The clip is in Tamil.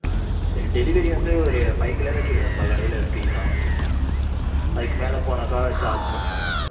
சரி டெலிவரி வந்து ஒரு ஃபைவ் கிலோமீட்ருக்கு நம்ம கடையில் ஃப்ரீதான் அதுக்கு மேலே போனாக்கா சார்ஜ் பண்ணுவோம்